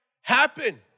Happen